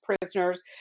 prisoners